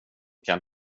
kan